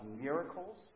miracles